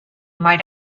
might